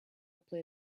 play